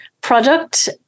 product